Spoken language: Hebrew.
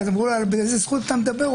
אז אמרו לו: באיזה זכות אתה מדבר?